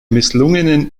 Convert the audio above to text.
misslungenen